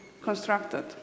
constructed